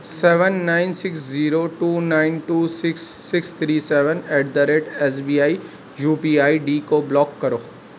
seven nine six zero two nine two six six three seven eight direct S B I U P I I D کو block کرو